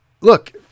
look